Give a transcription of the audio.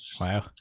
wow